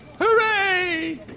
Hooray